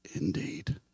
Indeed